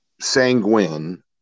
sanguine